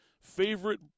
favorite